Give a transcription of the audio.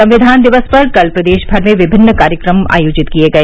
संविधान दिवस पर कल प्रदेश भर में विभिन्न कार्यक्रम आयोजित किए गए